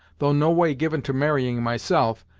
though no way given to marrying myself,